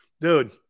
Dude